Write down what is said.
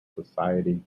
society